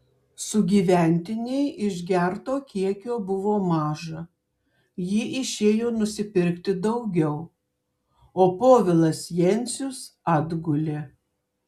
sugyventinei išgerto kiekio buvo maža ji išėjo nusipirkti daugiau o povilas jencius atgulė